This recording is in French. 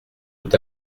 tout